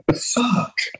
Fuck